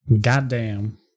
Goddamn